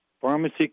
pharmacy